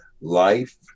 life